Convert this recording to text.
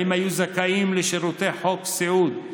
אם היו זכאים לשירותי חוק סיעוד,